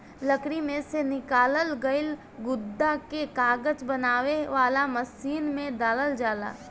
लकड़ी में से निकालल गईल गुदा के कागज बनावे वाला मशीन में डालल जाला